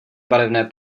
barevné